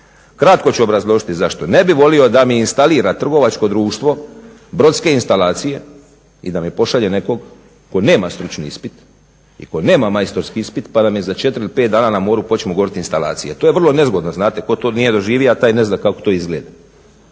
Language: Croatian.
Kratko ću obrazložiti zašto. Ne bih volio da mi instalira trgovačko društvo brodske instalacije i da mi pošalje nekog tko nema stručni ispit i tko nema majstorski ispit pa da mi za 4 ili 5 dana na moru počnu gorjeti instalacije. To je vrlo nezgodno znate, tko to nije doživio taj ne zna kako to izgleda.